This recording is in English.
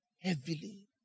Heavily